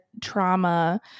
trauma